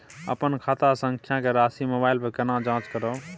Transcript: अपन खाता संख्या के राशि मोबाइल पर केना जाँच करब?